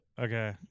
Okay